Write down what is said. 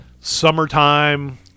summertime